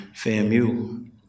FAMU